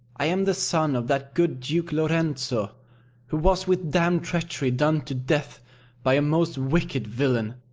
i am the son of that good duke lorenzo who was with damned treachery done to death by a most wicked villain,